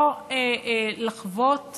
לא לחוות